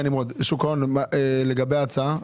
שוק ההון, לגבי ההצעה?